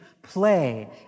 play